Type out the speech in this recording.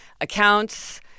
accounts